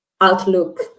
outlook